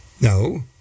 No